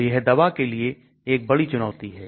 तो यह दवा के लिए एक बड़ी चुनौती है